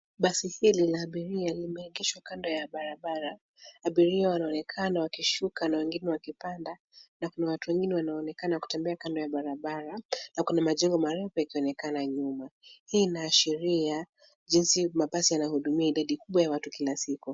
Basi hili la abiria limeegeshwa kando ya barabara. Abiria wanaonekana wakishuka na wengine wakipanda na kuna watu wengine wanaonekana kutembea kando ya barabara, na kuna majengo marefu yakionekana nyuma. Hii inaashiria jinsi yanahudumia idadi kubwa ya watu kila siku.